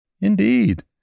Indeed